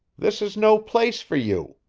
this is no place for you.